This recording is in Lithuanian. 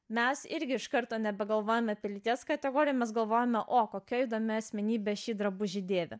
mes irgi iš karto nebegalvojam apie lyties kategoriją mes galvojome o kokia įdomi asmenybė šį drabužį dėvi